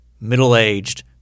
middle-aged